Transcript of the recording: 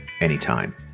anytime